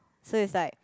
so is like